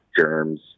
germs